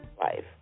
life